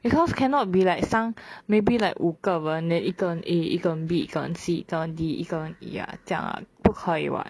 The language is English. because cannot be like some maybe like 五个人 then 一个人 A 一个人 B 一个人 C 一个人 D 一个人 E [what] 这样 [what] 不可以 [what]